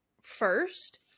first